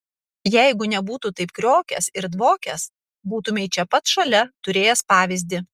jeigu nebūtų taip kriokęs ir dvokęs būtumei čia pat šalia turėjęs pavyzdį